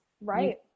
right